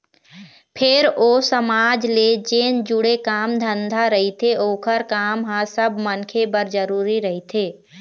फेर ओ समाज ले जेन जुड़े काम धंधा रहिथे ओखर काम ह सब मनखे बर जरुरी रहिथे